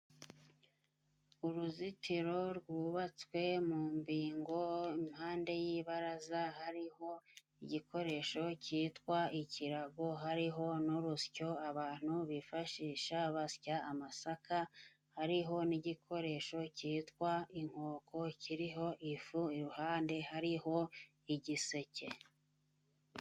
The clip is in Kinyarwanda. Uruzitiro rwubatswe mu mbingo impande y'ibaraza hariho igikoresho cyitwa ikirago hariho n'urusyo abantu bifashisha basya amasaka hariho n'igikoresho cyitwa inkooko kiriho ifu iruhande hariho igiseke.